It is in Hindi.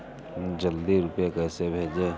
जल्दी रूपए कैसे भेजें?